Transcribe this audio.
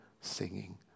singing